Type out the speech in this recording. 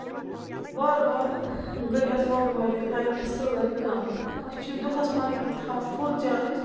تہٕ وارٕ وارٕ گٔے اَتھ وارٕ وارٕ یہِ لایٹہٕ سٲرٕے کَم أسۍ چھِ یہِ دۄہَس پَنٕنۍ کِنۍ تھاوان فُل چارٕج